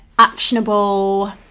actionable